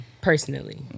personally